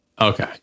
Okay